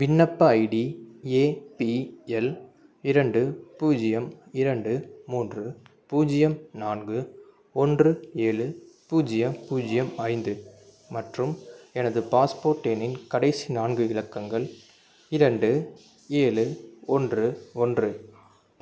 விண்ணப்ப ID A P L இரண்டு பூஜ்ஜியம் இரண்டு மூன்று பூஜ்ஜியம் நான்கு ஒன்று ஏழு பூஜ்ஜியம் பூஜ்ஜியம் ஐந்து மற்றும் எனது பாஸ்போர்ட் எண்ணின் கடைசி நான்கு இலக்கங்கள் இரண்டு ஏழு ஒன்று ஒன்று